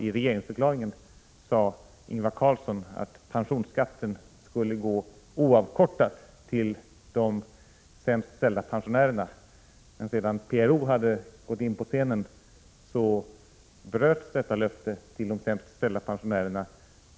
I regeringsförklaringen sade Ingvar Carlsson att pensionsskatten skulle gå oavkortat till de sämst ställda pensionärerna. Men sedan PRO hade gått in på scenen bröts detta löfte till de sämst ställda pensionärerna.